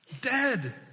Dead